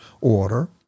order